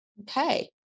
Okay